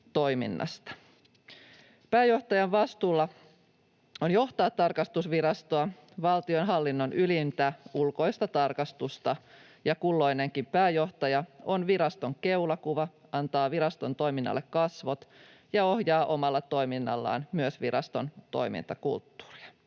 Pääjohtajan vastuulla on johtaa tarkastusvirastoa, valtionhallinnon ylintä ulkoista tarkastusta, ja kulloinenkin pääjohtaja on viraston keulakuva, antaa viraston toiminnalle kasvot ja ohjaa omalla toiminnallaan myös viraston toimintakulttuuria.